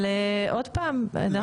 אבל עוד פעם,